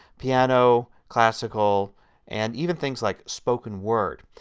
piano, classical and even things like spoken word.